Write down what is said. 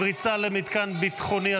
פריצה למתקן ביטחוני),